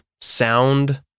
sound